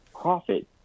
profit